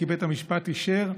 כי בית המשפט אישר,